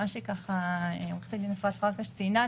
ממה שעורכת דין אפרת פרקש ציינה,